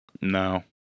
No